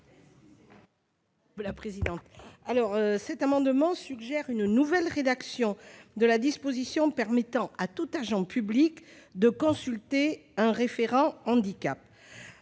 Cartron. Cet amendement vise à suggérer une nouvelle rédaction de la disposition permettant à tout agent public de consulter un référent handicap,